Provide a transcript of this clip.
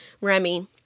remy